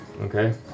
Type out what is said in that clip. Okay